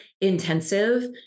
intensive